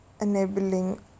enabling